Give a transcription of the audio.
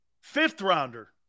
fifth-rounder